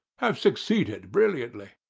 have succeeded brilliantly.